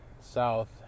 south